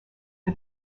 for